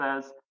says